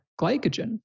glycogen